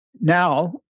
Now